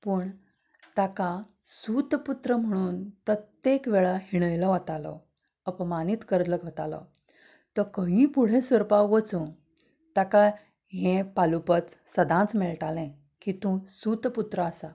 पूण ताका सुतपूत्र म्हणून प्रत्येक वेळार हिणायताले अपमानीत करताले तो खंयूय फुडें सरपाक वचूंक ताका हें पालुपत्र सदांच मेळटालें की तूं सुतपूत्र आसा